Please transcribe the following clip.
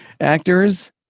actors